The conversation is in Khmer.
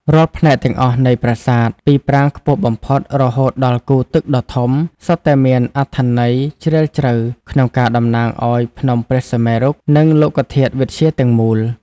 រាល់ផ្នែកទាំងអស់នៃប្រាសាទ ពីប្រាង្គខ្ពស់បំផុត រហូតដល់គូរទឹកដ៏ធំ សុទ្ធតែមានអត្ថន័យជ្រាលជ្រៅក្នុងការតំណាងឱ្យភ្នំព្រះសុមេរុ និងលោកធាតុវិទ្យាទាំងមូល។